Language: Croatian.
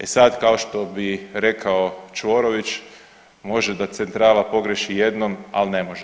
E sad, kao što bi rekao Čvorović može da centrala pogreši jednom ali ne može